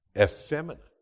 effeminate